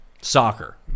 soccer